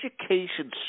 education